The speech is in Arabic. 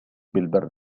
بالبرد